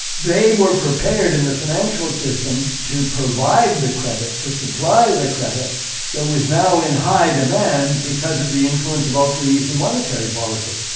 they were prepared in the financial system to provide the credit, to supply the credit that was now in high demand because of the influence of ultra easy monetary policy.